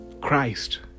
Christ